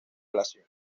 relación